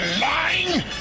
lying